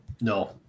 No